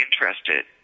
interested